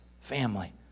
family